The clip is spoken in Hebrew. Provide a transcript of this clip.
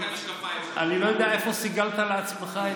אני לא יודע איפה סיגלת לעצמך,